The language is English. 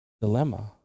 dilemma